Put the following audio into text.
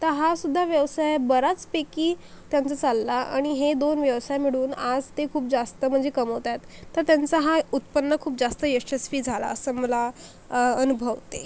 तर हा सुद्धा व्यवसाय बराचपैकी त्यांचा चालला आणि हे दोन व्यवसाय मिळून आज ते खूप जास्त म्हणजे कमवता आहेत तर त्यांचा हा उत्पन्न खूप जास्त यशस्वी झाला असं मला अनुभवते